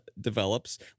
develops